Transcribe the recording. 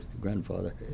grandfather